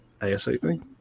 ASAP